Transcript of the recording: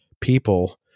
people